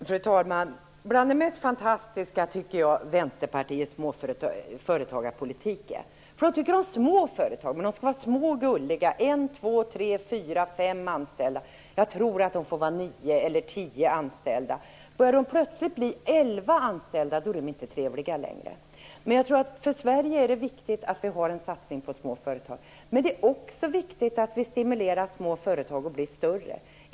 Fru talman! Jag tycker att Vänsterpartiets småföretagarpolitik är bland de mest fantastiska. De tycker om små företag. De skall vara små och gulliga - en, två, tre, fyra eller fem anställda. Jag tror att företagen får ha nio eller tio anställda. Blir det plötsligt elva anställda är företagen inte trevliga längre. För Sverige är det viktigt att vi gör en satsning på små företag, men det är också viktigt att vi stimulerar små företag att bli större.